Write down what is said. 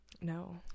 no